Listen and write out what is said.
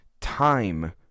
time